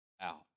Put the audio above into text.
out